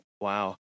Wow